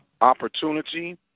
opportunity